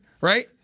right